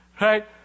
right